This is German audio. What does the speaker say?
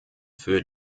für